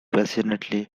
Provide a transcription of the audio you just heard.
passionately